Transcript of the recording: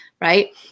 right